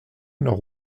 nord